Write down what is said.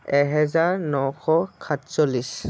এহেজাৰ নশ সাতচল্লিছ